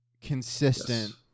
consistent